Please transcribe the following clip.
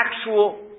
actual